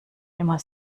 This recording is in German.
immer